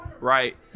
right